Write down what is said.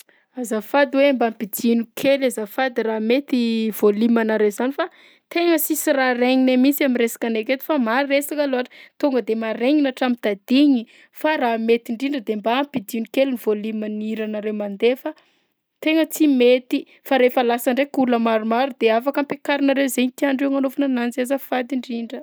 Azafady hoe mba ampidino kely azafady raha mety volumenareo zany fa tena sisy raha regninay mihisy am'resakanay aketo fa maresaka loatra, tonga de maregnina hatram'tadigny fa raha mety indrindra de mba ampidino kely volumen'ny hiranareo mandeha fa tegna tsy mety! Fa rehefa lasa ndraika olona maromaro de afaka ampiakarinareo zainy tiandreo agnanovana ananjy, azafady indrindra!